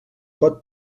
pot